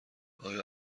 ایا